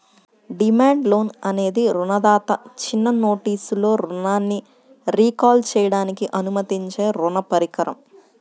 demand loan అనేది రుణదాత చిన్న నోటీసులో రుణాన్ని రీకాల్ చేయడానికి అనుమతించే రుణ పరికరం